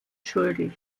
schuldig